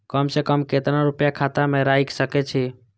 कम से कम केतना रूपया खाता में राइख सके छी?